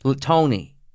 Tony